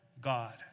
God